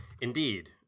indeed